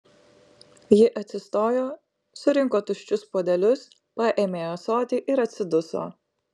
ji atsistojo surinko tuščius puodelius paėmė ąsotį ir atsiduso